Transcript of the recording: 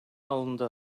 alındı